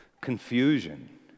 Confusion